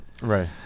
Right